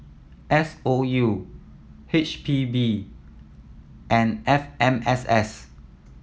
S O U H P B and F M S S